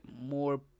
more